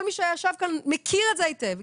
כל מי שישב כאן מכיר את זה היטב.